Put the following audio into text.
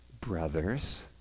brothers